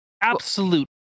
Absolute